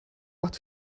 but